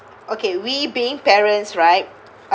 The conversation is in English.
okay we being parents right